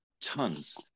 tons